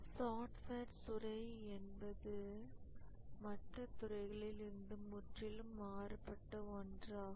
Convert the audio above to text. software துறை என்பது மற்ற துறைகளில் இருந்து முற்றிலும் மாறுபட்ட ஒன்றாகும்